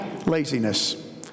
Laziness